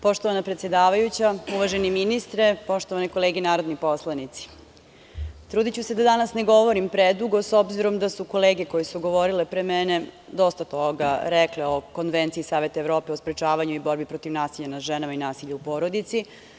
Poštovana predsedavajuća, uvaženi ministre, poštovane kolege narodni poslanici, trudiću se da danas ne govorim predugo, s obzirom da su kolege koje su govorile pre mene dosta toga rekle o Konvenciji Saveta Evrope u sprečavanju i borbi protiv nasilja nad ženama i nasilja u porodici.